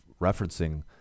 referencing